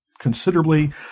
considerably